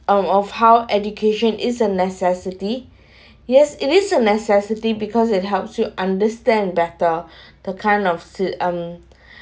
um of how education is a necessity yes it is a necessity because it helps you understand better the kind of sit um